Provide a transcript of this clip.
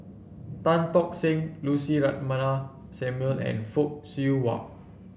Tan Tock Seng Lucy Ratnammah Samuel and Fock Siew Wah